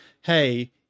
Hey